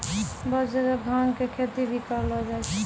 बहुत जगह भांग के खेती भी करलो जाय छै